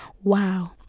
Wow